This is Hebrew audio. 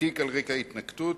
בתיק על רקע ההתנתקות,